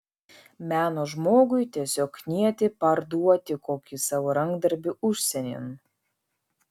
meno žmogui tiesiog knieti parduoti kokį savo rankdarbį užsienin